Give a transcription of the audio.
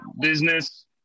business